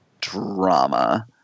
drama